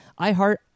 iheart